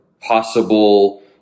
possible